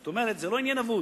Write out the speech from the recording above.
זאת אומרת, זה לא עניין אבוד.